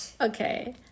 Okay